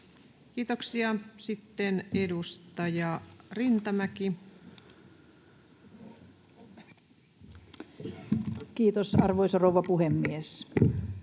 Kiitoksia. — Edustaja Siponen. Kiitos, arvoisa rouva puhemies!